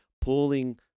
pulling